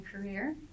career